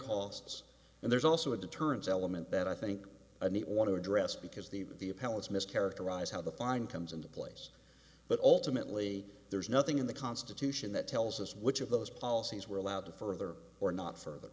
costs and there's also a deterrence element that i think i mean want to address because the the appellants mischaracterize how the fine comes into place but ultimately there's nothing in the constitution that tells us which of those policies were allowed to further or not further